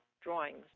drawings